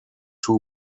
two